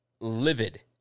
livid